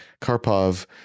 Karpov